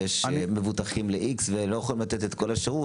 יש מבוטחים לקופה "איקס" שלא יכולים לקבל שירות,